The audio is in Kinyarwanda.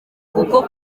kuko